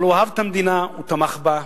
אבל הוא אהב את המדינה, הוא תמך בה,